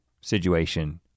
situation